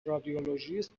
رادیولوژیست